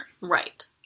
Right